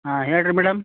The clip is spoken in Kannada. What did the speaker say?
ಹಾಂ ಹೇಳಿರಿ ಮೇಡಮ್